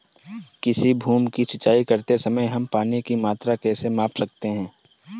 किसी भूमि की सिंचाई करते समय हम पानी की मात्रा कैसे माप सकते हैं?